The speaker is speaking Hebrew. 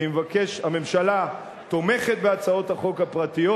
אני מבקש: הממשלה תומכת בהצעות החוק הפרטיות